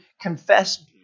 confess